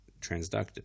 transductive